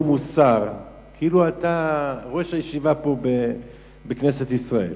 מוסר כאילו אתה ראש הישיבה פה בכנסת ישראל.